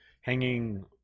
hanging